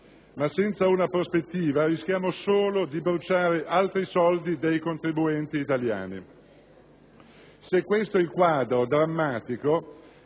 Ma senza una prospettiva rischiamo solo di bruciare altri soldi dei contribuenti italiani. Se questo è il quadro, drammatico,